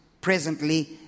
presently